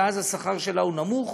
ואז השכר שלה נמוך,